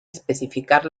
especificar